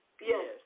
Yes